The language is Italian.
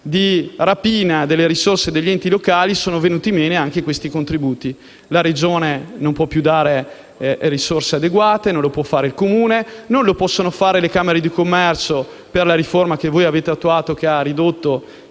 di rapina delle risorse degli enti locali, sono venuti meno anche questi contributi. La Regione non può più dare risorse adeguate, non lo può fare il Comune e non lo possono fare le camere di commercio, per la riforma che avete attuato e che ha ridotto